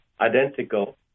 identical